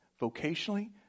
vocationally